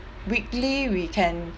weekly we can